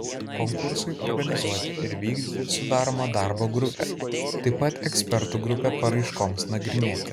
konkursui organizuoti ir vykdyti sudaroma darbo grupė taip pat ekspertų grupė paraiškoms nagrinėti